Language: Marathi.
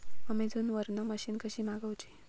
अमेझोन वरन मशीन कशी मागवची?